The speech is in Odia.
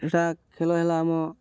ସେଇଟା ଖେଳ ହେଲା ଆମ